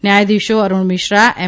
ન્યાયાધીશો અરૂણ મિશ્રા એમ